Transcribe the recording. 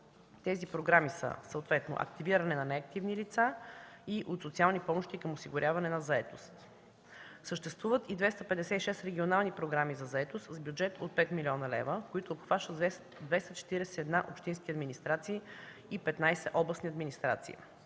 Тези програми са съответно: „Активиране на неактивни лица” и „От социални помощи към осигуряване на заетост”. Съществуват и 256 регионални програми за заетост с бюджет от 5 млн. лв., които обхващат 241 общински администрации и 15 областни администрации.